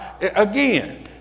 Again